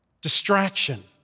Distraction